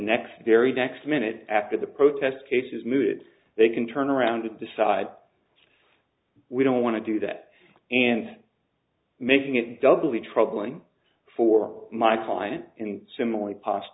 next very next minute after the protest cases mood they can turn around to decide we don't want to do that and making it doubly troubling for my client and similarly pasta